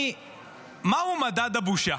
מהו מדד הבושה?